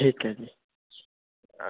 ਠੀਕ ਐ ਜੀ